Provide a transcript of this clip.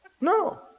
No